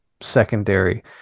secondary